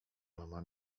mama